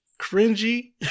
cringy